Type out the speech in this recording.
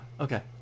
Okay